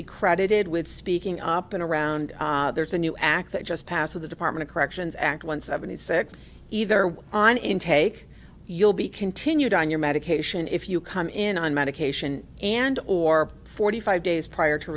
be credited with speaking up up and around there's a new act that just passed of the department of corrections act one seventy six either way on intake you'll be continued on your medication if you come in on medication and or forty five days prior to